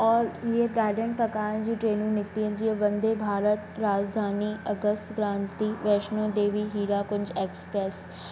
और हीअ ॾाढनि प्रकारन जूं ट्रेनूं निकितियूं आहिनि जीअं वन्दे भारत राजधानी अगस्त क्रांति वैष्णो देवी हीराकुंज एक्सप्रैस